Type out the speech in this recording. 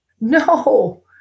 no